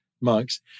monks